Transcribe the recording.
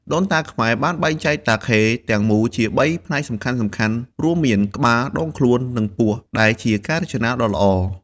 ដូនតាខ្មែរបានបែងចែកតាខេទាំងមូលជាបីផ្នែកសំខាន់ៗរួមមាន ក្បាល ដងខ្លួន និងពោះដែលជាការរចនាដ៏ល្អ។